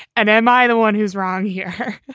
and am i the one who's wrong here?